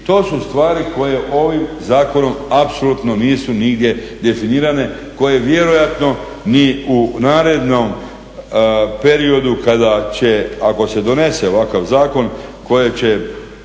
To su stvari koje ovim zakonom apsolutno nisu nigdje definirane koje vjerojatno ni u narednom periodu kada će ako se donese ovakav zakon koje će